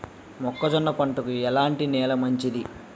మొక్క జొన్న పంటకు ఎలాంటి నేల మంచిది?